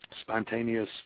spontaneous